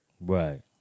Right